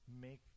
make